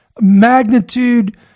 magnitude